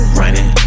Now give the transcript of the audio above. running